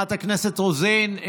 לחברת הכנסת רוזין.